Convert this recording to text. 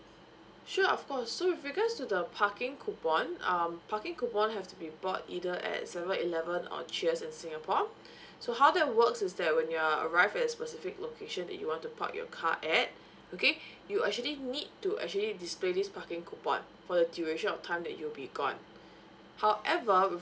sure of course so with regards to the parking coupon um parking coupon have to be bought either at seven eleven or cheers in singapore so how that works is that when you're arrived at a specific location that you want to park your car at okay you'll actually need to actually display this parking coupon for the duration of time that you'll be gone however with